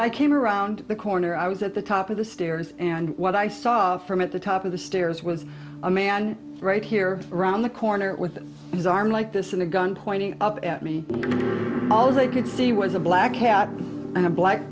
i came around the corner i was at the top of the stairs and what i saw from at the top of the stairs was a man right here around the corner with his arm like this in a gun pointing up at me all they could see was a black hat and a black